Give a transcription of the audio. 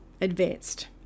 advanced